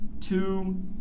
two